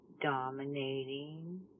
dominating